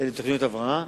תוכניות הבראה,